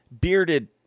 bearded